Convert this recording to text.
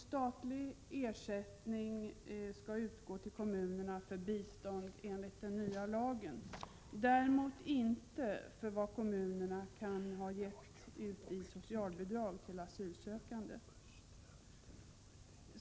Statlig ersättning skall utgå till kommunerna för bistånd enligt den nya lagen — däremot inte för vad kommunerna kan ha gett ut i form av socialbidrag till asylsökande.